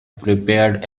prepared